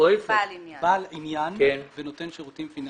"בעל עניין בנותן שירותים פיננסיים,